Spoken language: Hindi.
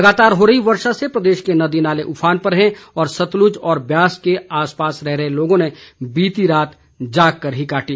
लगातार हो रही वर्षा से प्रदेश के नदी नाले उफान पर हैं और सतलुज और ब्यास के आसपास रह रहे लोगों ने बीती रात जाग कर ही काटी